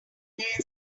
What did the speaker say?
there